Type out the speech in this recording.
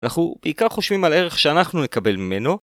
אנחנו בעיקר חושבים על הערך שאנחנו נקבל מנו